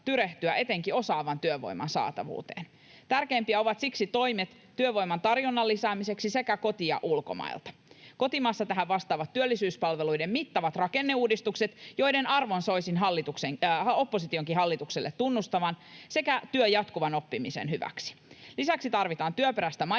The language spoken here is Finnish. etenkin osaavan työvoiman saatavuuteen. Tärkeimpiä ovat siksi toimet työvoiman tarjonnan lisäämiseksi sekä koti- että ulkomailta. Kotimaassa tähän vastaavat työllisyyspalveluiden mittavat rakenneuudistukset, joiden arvon soisin oppositionkin hallitukselle tunnustavan, sekä työ jatkuvan oppimisen hyväksi. Lisäksi tarvitaan työperäistä maahanmuuttoa